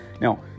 Now